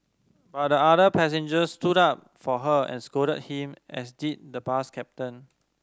but other passengers stood up for her and scolded him as did the bus captain